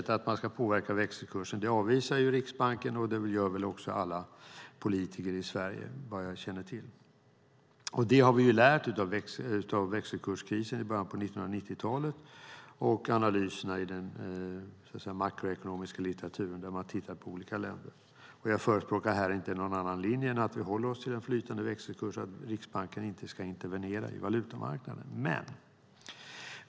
Att man ska påverka växelkursen är något som Riksbanken avvisar; det gör också alla politiker i Sverige, såvitt jag vet. Det har vi lärt oss av växelkurskrisen i början av 1990-talet och analyserna i den makroekonmiska litteraturen där man tittar på olika länder. Jag förespråkar inte någon annan linje än att vi håller oss till den flytande växelkursen och att Riksbanken inte ska intervenera i valutamarknaden.